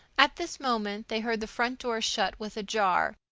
at this moment they heard the front door shut with a jar,